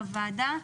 לוועדה.